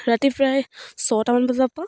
ৰাতি প্ৰায় ছটামান বজাৰ পৰা